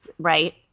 right